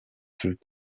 through